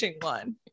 one